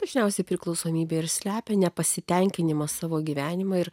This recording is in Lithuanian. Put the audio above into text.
dažniausiai priklausomybė ir slepia nepasitenkinimą savo gyvenimą ir